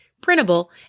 printable